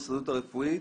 ההסתדרות הרפואית.